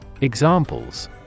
Examples